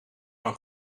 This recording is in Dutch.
van